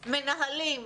מנהלים,